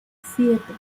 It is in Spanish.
siete